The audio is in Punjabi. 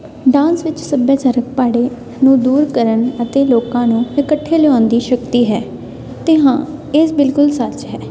ਡਾਂਸ ਵਿੱਚ ਸੱਭਿਆਚਾਰਕ ਭਾੜੇ ਨੂੰ ਦੂਰ ਕਰਨ ਅਤੇ ਲੋਕਾਂ ਨੂੰ ਇਕੱਠੇ ਲਿਆਉਣ ਦੀ ਸ਼ਕਤੀ ਹੈ ਅਤੇ ਹਾਂ ਇਹ ਬਿਲਕੁਲ ਸੱਚ ਹੈ